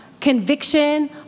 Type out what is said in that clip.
conviction